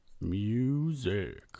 Music